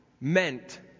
meant